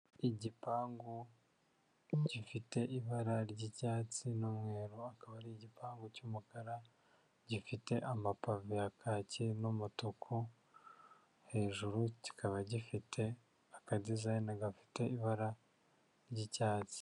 Igipangu gifite ibara ry'icyatsi n'umweru, akaba ari igipanpu cy'umukara gifite amapave ya kaki n'umutuku, hejuru kikaba gifite akadizayine gafite ibara ry'icyatsi.